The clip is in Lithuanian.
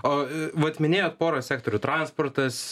o vat minėjot porą sektorių transportas